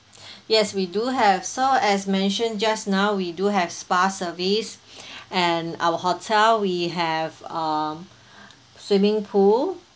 yes we do have so as mentioned just now we do have spa service and our hotel we have um swimming pool